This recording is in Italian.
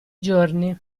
giorni